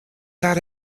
that